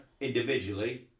individually